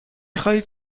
خواهید